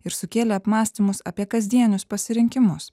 ir sukėlė apmąstymus apie kasdienius pasirinkimus